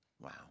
Wow